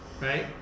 right